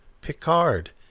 Picard